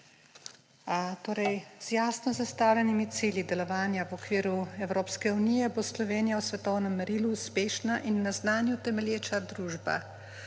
Z jasno zastavljenimi cilji delovanja v okviru Evropske unije bo Slovenija v svetovnem merilu uspešna in na znanju temelječa družba,